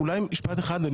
אולי משפט אחד.